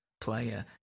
player